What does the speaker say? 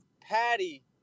Patty